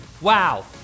Wow